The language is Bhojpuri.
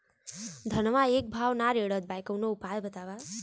धनवा एक भाव ना रेड़त बा कवनो उपाय बतावा?